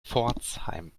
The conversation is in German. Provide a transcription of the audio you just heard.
pforzheim